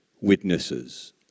witnesses